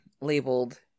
labeled